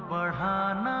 or hong